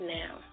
now